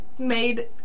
Made